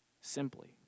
simply